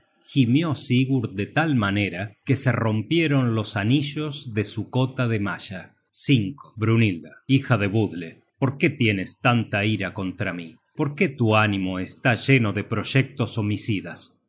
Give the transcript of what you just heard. content from google book search generated at rompieron los anillos de su cota de malla brynhilda hija de budle por qué tienes tanta ira contra mí por qué tu ánimo está lleno de proyectos homicidas